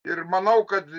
ir manau kad